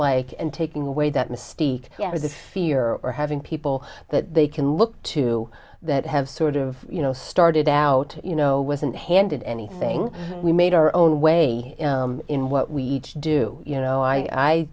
like and taking away that mystique is the fear or having people that they can look to that have sort of you know started out you know wasn't handed anything we made our own way in what we do you know i